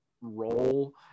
role